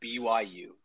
BYU